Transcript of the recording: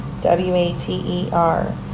W-A-T-E-R